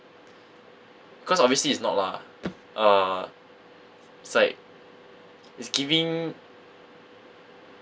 cause obviously it's not lah uh it's like it's giving